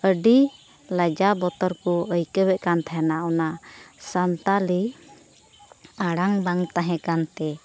ᱟᱹᱰᱤ ᱞᱟᱡᱟᱣ ᱵᱚᱛᱚᱨ ᱠᱚ ᱟᱹᱭᱠᱟᱹᱣᱮᱫ ᱠᱟᱱ ᱛᱟᱦᱮᱱᱟ ᱚᱱᱟ ᱥᱟᱱᱛᱟᱞᱤ ᱟᱲᱟᱝ ᱵᱟᱝ ᱛᱟᱦᱮᱸ ᱠᱟᱱᱛᱮ